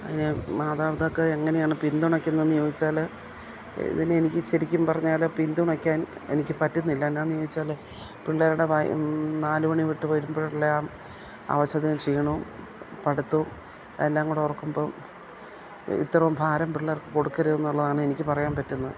അതിന് മാതാപിതാക്കളെ എങ്ങനെയാണ് പിന്തുണയ്ക്കുന്നതെന്നു ചോദിച്ചാൽ ഇതിനെനിക്ക് ശരിക്കും പറഞ്ഞാൽ പിന്തുണയ്ക്കാൻ എനിക്ക് പറ്റുന്നില്ല എന്നായെന്ന് ചോദിച്ചാൽ പിള്ളേരുടെ നാലുമണി വിട്ട് വരുമ്പോഴുള്ള ആ അവശതയും ക്ഷീണവും പഠിത്തവും എല്ലാം കൂടി ഓർക്കുമ്പോൾ ഇത്രയും ഭാരം പിള്ളേർക്ക് കൊടുക്കരുതെന്നുള്ളതാണ് എനിക്ക് പറയാൻ പറ്റുന്നത്